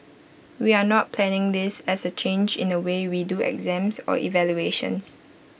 we are not planning this as A change in the way we do exams or evaluations